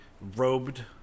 robed